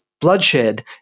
bloodshed